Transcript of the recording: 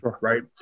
right